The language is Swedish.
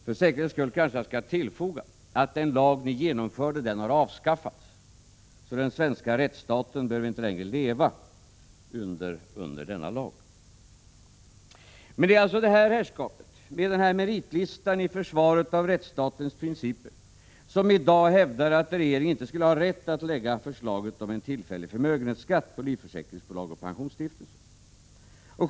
För säkerhets skull kanske jag skall tillfoga att den lag som ni genomförde har avskaffats, så den svenska rättsstaten behöver inte längre leva med denna lag. Det är alltså detta herrskap — med den här meritlistan vid försvaret av rättsstatens principer — som i dag hävdar att regeringen inte skulle ha rätt att lägga fram förslaget om en tillfällig förmögenhetsskatt på livförsäkringsbolag och pensionsstiftelser.